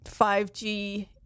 5g